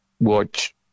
watch